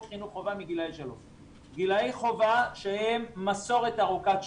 חינוך חובה מגילאי 3. גילאי חובה שהם מסורת ארוכת שנים,